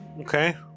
okay